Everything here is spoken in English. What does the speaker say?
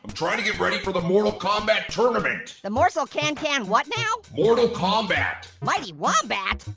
i'm trying to get ready for the mortal kombat tournament. the morsel can can what now? mortal kombat. mighty wombat?